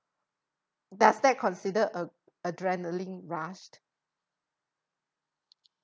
does that consider a~ adrenaline rush